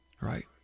Right